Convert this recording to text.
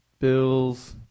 Bills